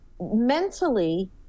mentally